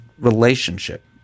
relationship